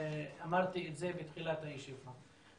אמרתי את זה בתחילת הישיבה.